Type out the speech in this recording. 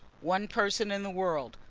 one person in the world,